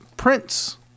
Prince